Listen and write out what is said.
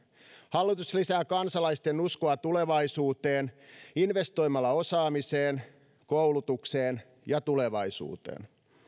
hallitus lisää kansalaisten uskoa tulevaisuuteen investoimalla osaamiseen koulutukseen ja tulevaisuuteen